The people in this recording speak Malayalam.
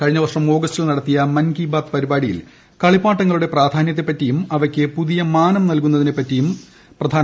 കഴിഞ്ഞ വർഷം ആഗസ്റ്റിൽ നടത്തിയ മൻ കി ബാത് പരിപാടിയിൽ കളിപ്പാട്ടങ്ങളുടെ പ്രാധാന്യത്തെപ്പറ്റിയും അവയ്ക്ക് പുതിയ മാനം നല്കുന്നതിനെപ്പറ്റിയും പറഞ്ഞു